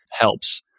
helps